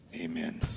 Amen